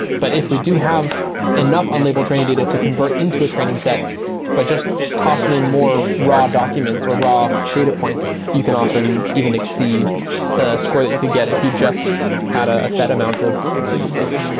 but if we do have enough unlabeled training needed to convert into a training set by just tossing in more raw documents or raw data points, you can often even exceed the score that you could get if you just had a set amount of labeled data